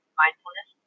mindfulness